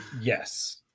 yes